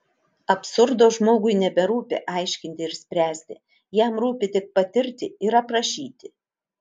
absurdo žmogui neberūpi aiškinti ir spręsti jam rūpi tik patirti ir aprašyti